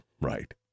right